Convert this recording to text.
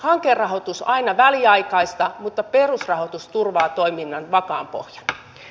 hankerahoitus on aina väliaikaista mutta perusrahoitus turvaa toiminnan vakaan pohjan